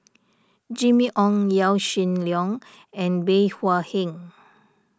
Jimmy Ong Yaw Shin Leong and Bey Hua Heng